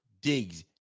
digs